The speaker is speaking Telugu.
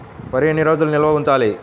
వరి ఎన్ని రోజులు నిల్వ ఉంచాలి?